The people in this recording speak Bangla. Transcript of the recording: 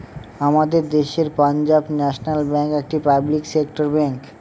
আমাদের দেশের পাঞ্জাব ন্যাশনাল ব্যাঙ্ক একটি পাবলিক সেক্টর ব্যাঙ্ক